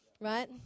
right